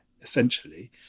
essentially